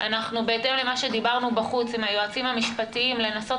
בהתאם למה שדיברנו בחוץ עם היועצים המשפטיים לנסות